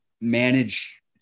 manage